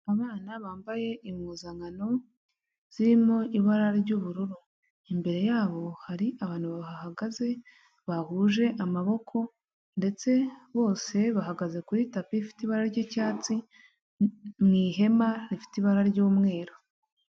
Abana bambaye impuzankano zirimo ibara ry'ubururu imbere yabo hari abantu bahagaze bahuje amaboko ndetse bose bahagaze kuri tapi ifite ibara ry'icyatsi mu ihema rifite ibara ry'umweru.